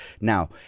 Now